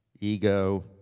ego